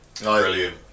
brilliant